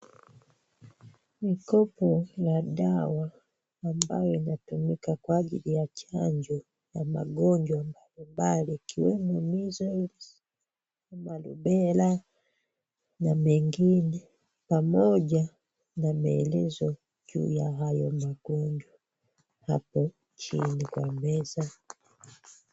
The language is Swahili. Ni kopo la dawa ambalo linatumika kwa ajili ya chanjo ya magonjwa mbali mbali ikiwemo measles na rubella na mengine pamoja na maelezo juu ya hayo magonjwa hapo chini kwa meza.